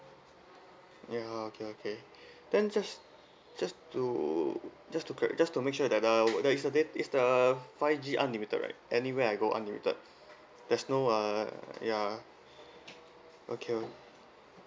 ya okay okay then just just to just to cor~ just to make sure that uh would that is the da~ is the five G unlimited right anywhere I go unlimited there's no uh ya okay